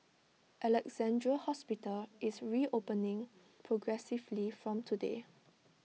Alexandra hospital is reopening progressively from today